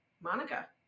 monica